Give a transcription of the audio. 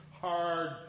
hard